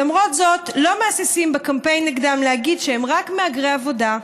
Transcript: למרות זאת לא מהססים בקמפיין נגדם להגיד שהם רק מהגרי עבודה,